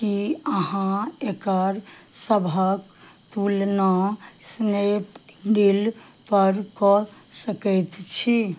की अहाँ एकर सभक तुलना स्नैपडील पर कऽ सकैत छी